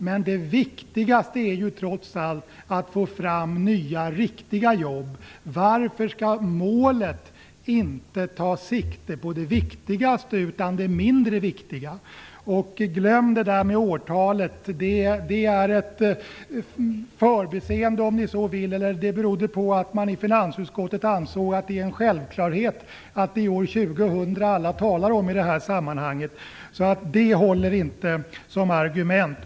Men det viktigaste är trots allt att få fram nya riktiga jobb. Varför skall målet inte ta sikte på det viktigaste, utan på det mindre viktiga? Glöm det där med årtalet. Det är ett förbiseende, om ni så vill. Eller också berodde det på att man i finansutskottet ansåg att det är en självklarhet att det är år 2000 alla talar om i det här sammanhanget. Det håller inte som argument.